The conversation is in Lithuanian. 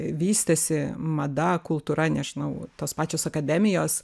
vystėsi mada kultūra nežinau tos pačios akademijos